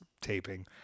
taping